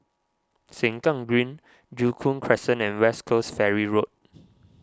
Sengkang Green Joo Koon Crescent and West Coast Ferry Road